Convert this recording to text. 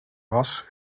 was